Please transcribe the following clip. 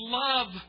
love